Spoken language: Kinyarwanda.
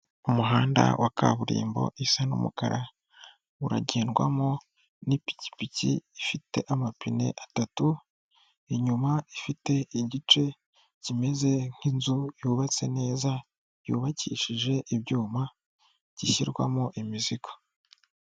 Umuhanda wa kaburimbo isa n'umukara, uragendwamo n'ipikipiki ifite amapine atatu, inyuma ifite igice kimeze nk'inzu yubatse neza, yubakishije ibyuma gishyirwamo imizigo.